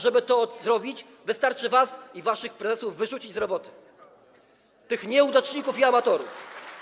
Żeby to zrobić, wystarczy was i waszych prezesów wyrzucić z roboty, tych nieudaczników i amatorów.